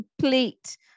complete